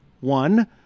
one